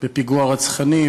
בפיגוע רצחני,